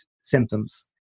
symptoms